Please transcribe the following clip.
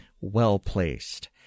well-placed